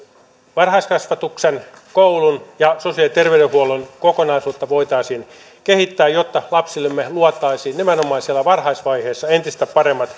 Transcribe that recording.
varhaiskasvatuksen koulun ja sosiaali ja terveydenhuollon kokonaisuutta voitaisiin kehittää jotta lapsillemme luotaisiin nimenomaan siellä varhaisvaiheessa entistä paremmat